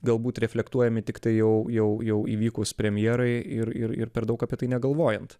galbūt reflektuojami tiktai jau jau jau įvykus premjerai ir ir ir per daug apie tai negalvojant